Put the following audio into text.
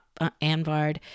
Anvard